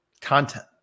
content